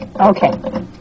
Okay